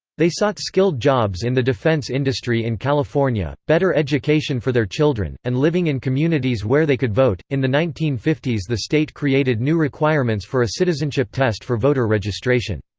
they sought skilled jobs in the defense industry in california, better education for their children, and living in communities where they could vote in the nineteen fifty s the state created new requirements for a citizenship test for voter registration.